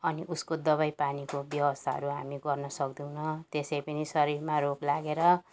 अनि उसको दबाई पानीको व्यवस्थाहरू हामी गर्नु सक्दैनौँ त्यसै पनि शरीरमा रोग लागेर